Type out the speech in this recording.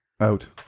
out